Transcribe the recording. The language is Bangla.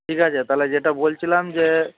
ঠিক আছে তাহলে যেটা বলছিলাম যে